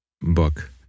book